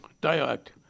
dialect